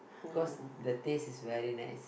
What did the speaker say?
cause the taste is very nice